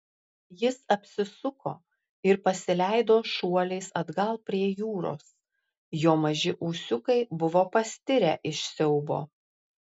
jis apsisuko ir pasileido šuoliais atgal prie jūros jo maži ūsiukai buvo pastirę iš siaubo